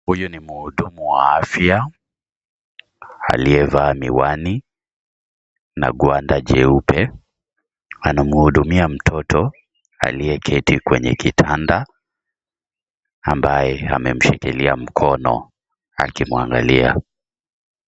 Huyu ni mhudumu wa afya aliyevaa miwani na gwanda jeupe , anamhudumia mtoto aliyeketi kwenye kitanda ambaye amemshikilia mkono akimwangalia.